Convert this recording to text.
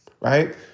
right